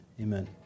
Amen